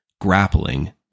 grappling